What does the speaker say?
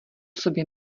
sobě